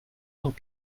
cent